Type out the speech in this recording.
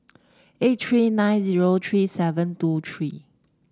eight three nine zero three seven two three